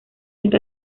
está